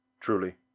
Truly